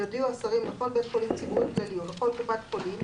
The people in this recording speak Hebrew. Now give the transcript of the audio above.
יודיעו השרים לכל בית חולים ציבורי כללי ולכל קופת חולים,